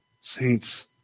saints